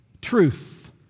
Truth